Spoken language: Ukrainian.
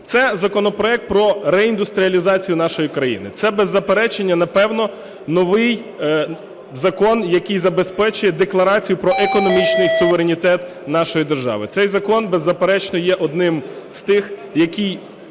Це законопроект про реіндустріалізацію нашої країни, це, без заперечення, напевно новий закон, який забезпечує декларацію про економічний суверенітет нашої держави. Цей закон, беззаперечно, є одним з тих, який